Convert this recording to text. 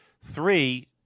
Three